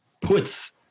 puts